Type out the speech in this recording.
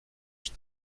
что